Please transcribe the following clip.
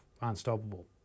unstoppable